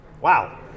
Wow